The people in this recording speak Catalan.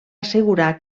assegurar